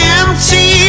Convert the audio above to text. empty